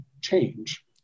change